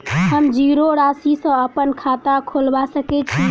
हम जीरो राशि सँ अप्पन खाता खोलबा सकै छी?